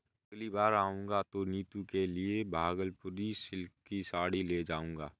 अगली बार आऊंगा तो नीतू के लिए भागलपुरी सिल्क की साड़ी ले जाऊंगा